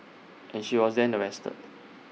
and she was then arrested